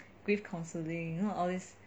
grief counseling you know all these